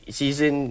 season